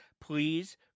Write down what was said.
please